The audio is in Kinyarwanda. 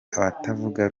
abatavuga